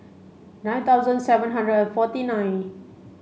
nine thousand seven hundred and forty nine